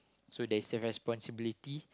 so there's a responsibility